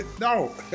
No